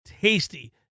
tasty